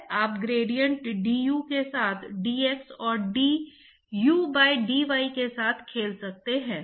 यदि हम इस ग्रेडिएंट को जानते हैं तो हम कर चुके हैं